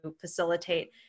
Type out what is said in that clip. facilitate